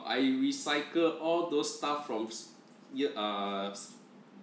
I recycle all those stuff from s~ year uh